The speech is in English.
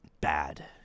bad